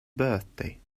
birthday